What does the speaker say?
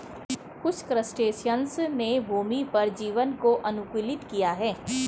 कुछ क्रस्टेशियंस ने भूमि पर जीवन को अनुकूलित किया है